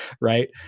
right